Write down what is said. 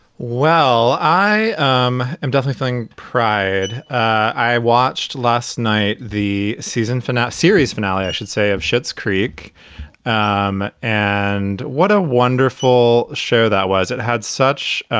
well, i um am just feeling pride i watched last night the season finale, series finale, i should say, of shits creek um and what a wonderful show that was. it had such,